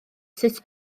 sut